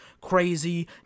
crazy